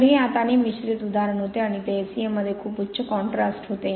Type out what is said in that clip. तर हे हाताने मिश्रित उदाहरण होते आणि ते S E M मध्ये खूप उच्च कॉन्ट्रास्ट होते